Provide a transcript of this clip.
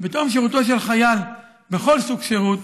בתום שירותו של חייל בכל סוג של שירות,